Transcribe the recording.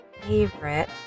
favorite